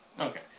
Okay